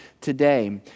today